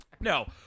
No